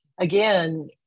Again